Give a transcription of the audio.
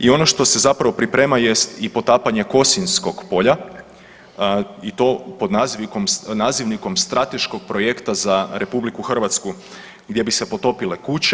I ono što se zapravo priprema jest i potapanje Kosinjskog polja i to pod nazivnikom strateškog projekta za RH gdje bi se potopile kuće